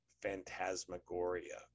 phantasmagoria